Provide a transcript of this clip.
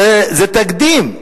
זה תקדים.